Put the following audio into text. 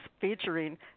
featuring